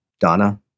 Donna